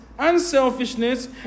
unselfishness